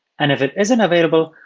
and if it isn't available,